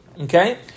okay